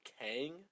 Kang